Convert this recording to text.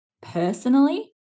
Personally